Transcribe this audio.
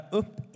upp